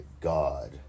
god